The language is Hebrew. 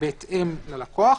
בהתאם ללקוח.